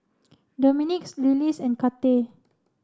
Dominicks Lillis and Kathey